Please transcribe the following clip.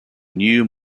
new